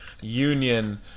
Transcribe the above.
Union